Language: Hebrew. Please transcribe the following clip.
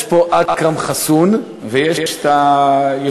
יש פה אכרם חסוּן, ויש את היושב-ראש.